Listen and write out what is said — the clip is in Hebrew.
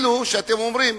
אתם אומרים,